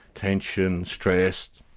tension, stress.